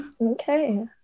Okay